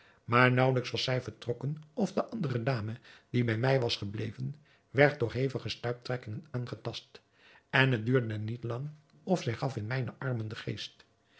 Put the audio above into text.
maar naauwelijks was zij vertrokken of de andere dame die bij mij was gebleven werd door hevige stuiptrekkingen aangetast en het duurde niet lang of zij gaf in mijne armen den geest